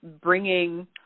bringing